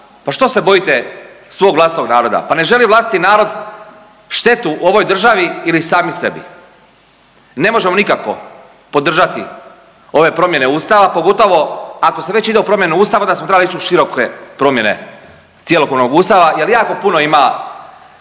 Pa što se bojite svog vlastitog naroda? Pa ne želi vlastiti narod štetu ovoj državi ili sami sebi. Ne možemo nikako podržati ove promjene Ustava, pogotovo ako se već ide u promjene Ustava onda smo trebali ići u široke promjene cjelokupnog Ustava jel jako puno ima